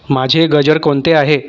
माझे गजर कोणते आहे